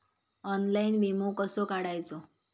Online विमो कसो काढायचो?